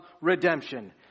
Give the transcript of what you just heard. redemption